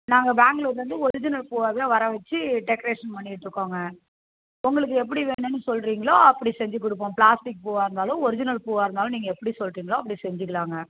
நாங்கள் பெங்களூர்லேருந்து ஒரிஜினல் பூவாகவே வர வெச்சு டெக்கரேஷன் பண்ணிகிட்ருக்கோங்க உங்களுக்கு எப்படி வேணுன்னு சொல்கிறீங்களோ அப்படி செஞ்சுக் கொடுப்போம் பிளாஸ்டிக் பூவாக இருந்தாலும் ஒரிஜினல் பூவாக இருந்தாலும் நீங்கள் எப்படி சொல்கிறீங்களோ அப்படி செஞ்சுக்கிலாங்க